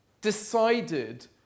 decided